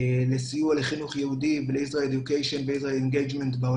בסיוע לחינוך יהודי בעולם,